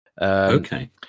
Okay